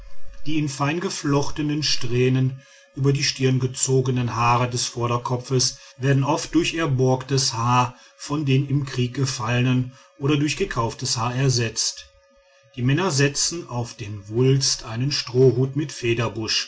die in feingeflochtenen strähnen über die stirn gezogenen haare des vorderkopfes werden oft durch erborgtes haar von den im krieg gefallenen oder durch gekauftes haar ersetzt die männer setzen auf den wulst einen strohhut mit